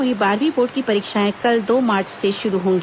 वहीं बारहवीं बोर्ड की परीक्षाएं कल दो मार्च से शुरू होंगी